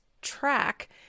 track